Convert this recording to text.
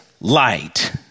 light